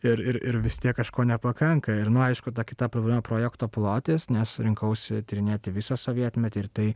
ir ir vis tiek kažko nepakanka ir nu aišku ta kita problema projekto plotis nes rinkausi tyrinėti visą sovietmetį ir tai